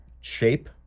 Shape